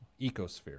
ecosphere